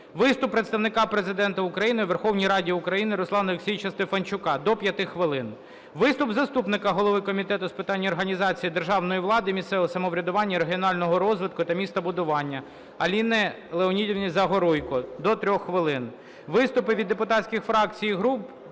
виступ Представника Президента України у Верховній Раді України Руслана Олексійовича Стефанчука – до 5 хвилин; виступ заступника голови Комітету з питань організації державної влади, місцевого самоврядування, регіонального розвитку та містобудування Аліни Леонідівни Загоруйко – до 3 хвилин; виступи від депутатських фракцій і груп